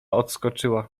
odskoczyła